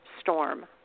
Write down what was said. storm